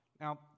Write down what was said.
Now